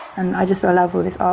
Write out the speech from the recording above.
and i just love all this